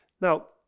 now